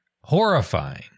horrifying